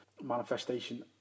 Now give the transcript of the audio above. manifestation